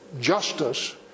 justice